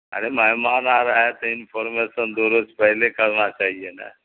ارے مہمان آ رہا ہے تو انفارمیسن دو روج پہلے کرنا چاہیے نا